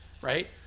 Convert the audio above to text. right